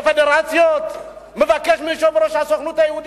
לפדרציות, מבקש מיושב-ראש הסוכנות היהודית,